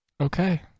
Okay